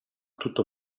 tutto